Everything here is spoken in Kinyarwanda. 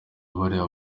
bariya